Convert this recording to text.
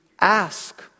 ask